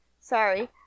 Sorry